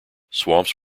swamps